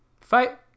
Fight